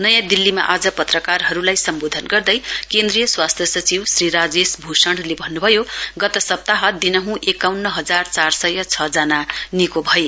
नयाँ दिल्लीमा आज पत्रकारहरूलाई सम्बोधन गर्दै केन्द्रीय स्वास्थ्य सचिव श्री राजेश भूषणले भन्न् भयो गत सप्ताह दिनहँ एकाउन्न हजार चार सय छ जना निको भए